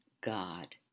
God